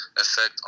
effect